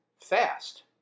Fast